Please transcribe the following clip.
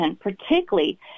particularly